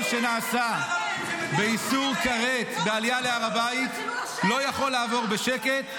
שנעשה באיסור כרת בעלייה להר הבית לא יכול לעבור בשקט.